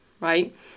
right